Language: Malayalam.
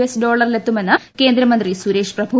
എസ് ഡോളറിലെത്തുമെന്ന് കേന്ദ്രമന്ത്രി സുരേഷ് പ്രഭു